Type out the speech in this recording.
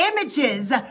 images